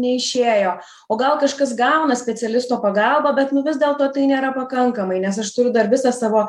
neišėjo o gal kažkas gauna specialisto pagalbą bet vis dėlto tai nėra pakankamai nes aš turiu dar visą savo